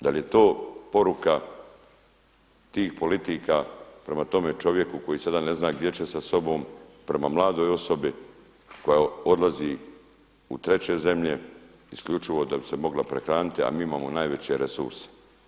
Da li je to poruka tih politika prema tome čovjeku koji sada ne zna gdje će sa sobom, prema mladoj osobi koja odlazi u treće zemlje, isključivo da bi se mogla prehraniti a mi imamo najveće resurse?